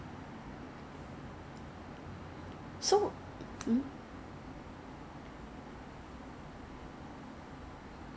then 他们会跟我 check lah then 如果 like 我送来的时候我看到他少一个脚 or maybe like not cheap something cheap then I'll just go back to to the